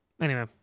anyway-